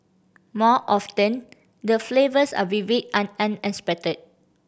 more often the flavours are vivid and unexpected